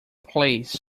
please